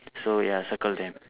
so ya circle them